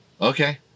Okay